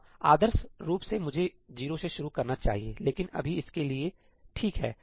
हाँ आदर्श रूप से मुझे 0 से शुरू करना चाहिए लेकिन अभी इसके लिए ठीक है